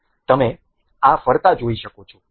તમે આ ફરતા જોઈ શકો છો